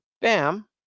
Bam